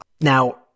Now